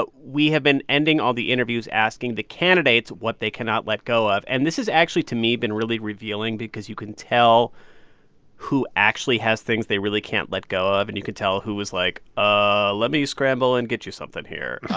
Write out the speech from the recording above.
but we have been ending all the interviews asking the candidates what they cannot let go of. and this has actually, to me, been really revealing because you can tell who actually has things they really can't let go of. and you could tell who was like, ah let me scramble and get you something here